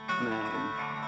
man